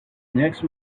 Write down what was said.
next